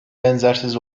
benzersiz